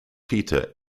peter